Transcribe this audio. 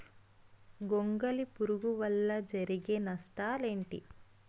గొంగళి పురుగు వల్ల జరిగే నష్టాలేంటి?